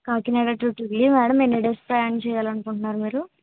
Kakinada to Delhi madam ఎన్ని days ప్రయాణం చేయాలనుకుంటున్నారు మీరు